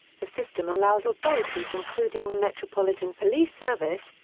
the system allows authorities including the metropolitan police service,